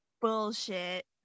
bullshit